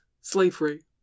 slavery